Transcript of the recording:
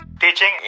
Teaching